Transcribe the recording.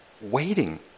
waiting